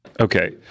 Okay